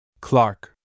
Clark